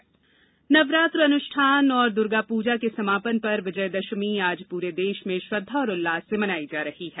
नवरात्र विजयदशमी नवरात्र अनुष्ठान और दुर्गापूजा के समापन पर विजयदशमी आज पूरे देश में श्रद्धा और उल्लास से मनायी जा रही है